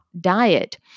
diet